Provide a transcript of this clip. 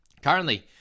Currently